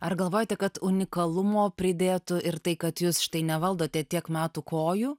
ar galvojate kad unikalumo pridėtų ir tai kad jūs štai nevaldote tiek metų kojų